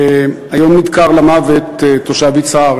היום נדקר למוות תושב יצהר,